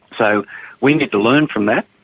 so we need to learn from that,